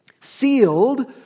Sealed